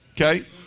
Okay